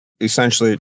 essentially